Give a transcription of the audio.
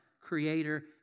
Creator